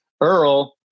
Earl